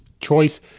choice